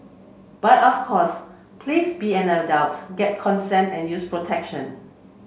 but of course please be an adult get consent and use protection